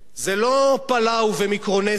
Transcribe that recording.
זה לא פלאו ומיקרונזיה,